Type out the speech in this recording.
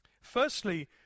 Firstly